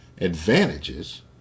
advantages